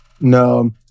no